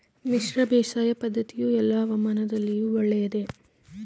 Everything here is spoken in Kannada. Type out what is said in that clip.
ಮಿಶ್ರ ಬೇಸಾಯ ಪದ್ದತಿಯು ಎಲ್ಲಾ ಹವಾಮಾನದಲ್ಲಿಯೂ ಒಳ್ಳೆಯದೇ?